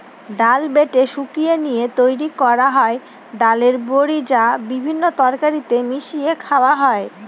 ডাল বেটে শুকিয়ে নিয়ে তৈরি করা হয় ডালের বড়ি, যা বিভিন্ন তরকারিতে মিশিয়ে খাওয়া হয়